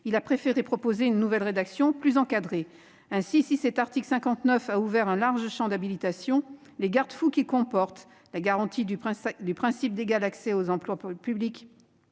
Il a préféré proposer une nouvelle rédaction, plus encadrée. Si l'article 59 a ouvert un large champ d'habilitation, les garde-fous qu'il comporte- la garantie du principe d'égal accès aux emplois publics,